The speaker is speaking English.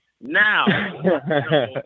now